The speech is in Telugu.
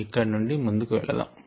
ఇక్కడి నుంచి ముందుకు వెళదాము